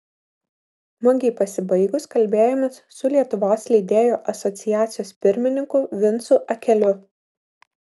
mugei pasibaigus kalbėjomės su lietuvos leidėjų asociacijos pirmininku vincu akeliu